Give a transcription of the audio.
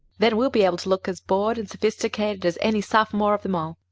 then we'll be able to look as bored and sophisticated as any sophomore of them all.